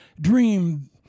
dream